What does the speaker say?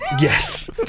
Yes